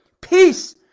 peace